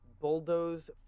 bulldoze